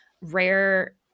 rare